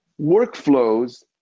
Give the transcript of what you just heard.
workflows